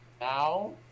Now